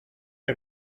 que